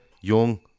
young